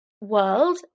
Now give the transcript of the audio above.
world